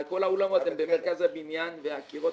כי כל האולמות הם במרכז הבניין והקירות